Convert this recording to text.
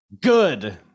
good